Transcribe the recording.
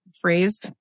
phrase